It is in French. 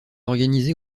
organisé